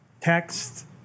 text